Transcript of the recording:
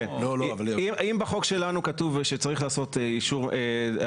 אם בחוק שלנו כתוב שצריך לעשות המצאה